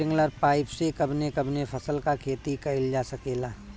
Sprinkler pipe से कवने कवने फसल क खेती कइल जा सकेला?